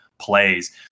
Plays